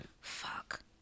fuck